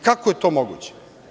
Kako je to moguće?